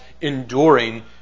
enduring